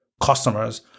customers